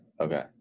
Okay